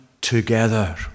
together